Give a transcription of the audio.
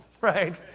right